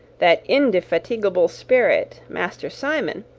that indefatigable spirit, master simon,